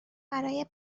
برای